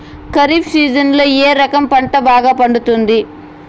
ఖరీఫ్ సీజన్లలో ఏ రకం పంట బాగా పండుతుంది